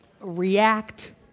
react